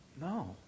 No